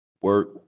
work